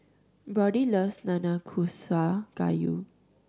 Brodie loves Nanakusa Gayu